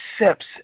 accepts